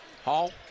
Hall